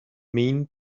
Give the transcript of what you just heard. mean